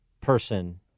person